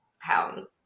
pounds